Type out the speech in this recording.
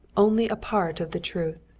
only a part of the truth.